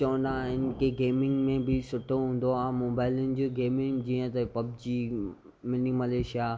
चवंदा आहिनि की गेमिंग में बि सुठो हूंदो आहे मोबाइलिनि जूं गेमिंग जीअं त पबजी मिनीमल शा